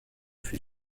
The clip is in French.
fut